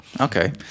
Okay